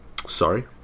sorry